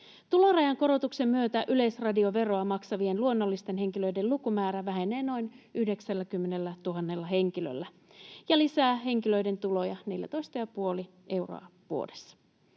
Tulorajan korotuksen myötä yleisradioveroa maksavien luonnollisten henkilöiden lukumäärä vähenee noin 90 000 henkilöllä ja lisää henkilöiden tuloja 14,5 euroa vuodessa.